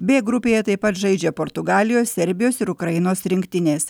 b grupėje taip pat žaidžia portugalijos serbijos ir ukrainos rinktinės